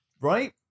Right